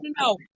no